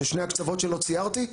שאת שני הקצוות שלו ציירתי,